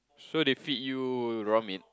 sure they feed you raw meat